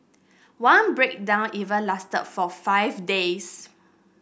one breakdown even lasted for five days